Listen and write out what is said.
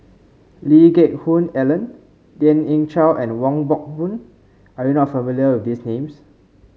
Lee Geck Hoon Ellen Lien Ying Chow and Wong Hock Boon are you not familiar with these names